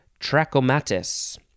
trachomatis